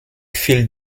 fiel